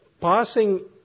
passing